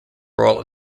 role